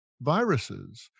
viruses